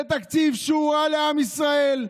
זה תקציב שהוא רע לעם ישראל,